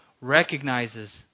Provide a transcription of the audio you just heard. recognizes